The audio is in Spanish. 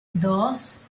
dos